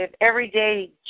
everyday